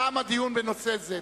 תם הדיון בנושא זה.